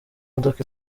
modoka